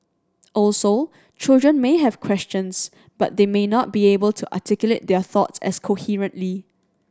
also children may have questions but they may not be able to articulate their thoughts as coherently